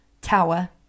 tower